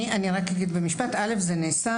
זה נעשה.